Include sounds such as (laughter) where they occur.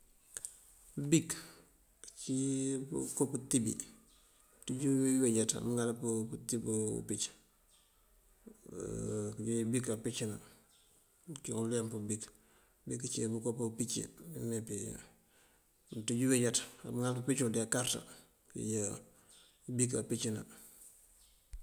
Pëëbik ací kowí këëtíbi, mëënţíj uweejaţ amëëŋal pëëtíb pëëmpic (hesitation) këënjeej bik káampicëna, cíwun uleemp bik. Bik ací káanko káampicí kímeenkí, mëënţíj uweejat amëëŋal pëëmpic uwul dí káankarëta, këënjeej pëëbik káampicëna.